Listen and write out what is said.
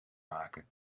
maken